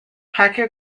parker